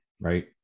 right